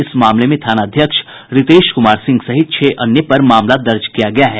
इस मामले में थानाध्यक्ष रितेश कुमार सिंह सहित छह अन्य पर मामला दर्ज किया गया है